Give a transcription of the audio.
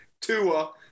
Tua